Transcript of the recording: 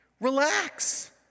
relax